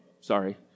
Sorry